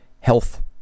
health